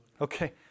Okay